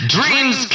Dreams